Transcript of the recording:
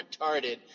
retarded